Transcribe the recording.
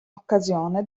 occasione